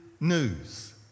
news